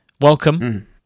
Welcome